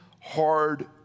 hard